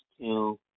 two